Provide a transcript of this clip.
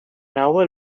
hour